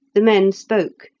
the men spoke,